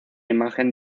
imagen